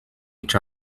each